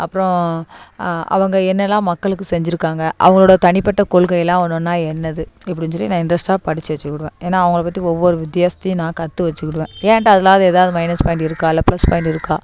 அப்றம் அவங்க என்னெல்லாம் மக்களுக்கு செஞ்சிருக்காங்க அவங்களோட தனிப்பட்ட கொள்கையெல்லாம் ஒன்று ஒன்றா என்னது இப்படின்னு சொல்லி இன்ட்ரெஸ்ட்டாக படித்து வச்சிக்கிடுவேன் ஏன்னா அவங்களை பற்றி ஒவ்வொரு வித்தியாசத்தையும் நான் கற்று வச்சிக்கிடுவேன் ஏங்கிட்ட அதெல்லாம் அது ஏதாவது மைனஸ் பாயிண்ட் இருக்கா இல்லை ப்ளஸ் பாயிண்ட் இருக்கா